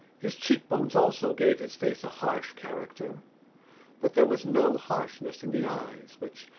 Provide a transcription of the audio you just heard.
his cheekbones also gave his face a harsh character but there was no harshness in the eyes which,